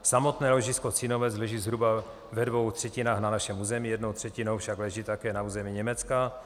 Samotné ložisko Cínovec leží zhruba ve dvou třetinách na našem území, jednou třetinou však leží také na území Německa.